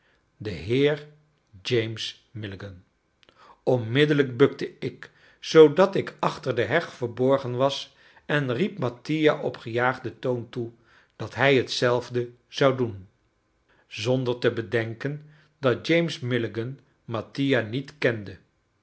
de heer james milligan onmiddellijk bukte ik zoodat ik achter de heg verborgen was en riep mattia op gejaagden toon toe dat hij hetzelfde zou doen zonder te bedenken dat james milligan mattia niet kende